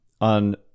on